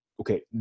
okay